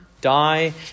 die